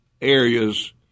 areas